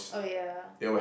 oh ya